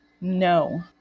No